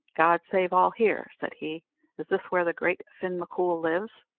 god save all here! said he is this where the great fin m'coul lives?